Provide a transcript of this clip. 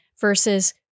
versus